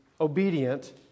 obedient